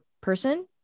person